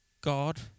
God